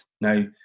Now